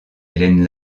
hélène